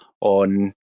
on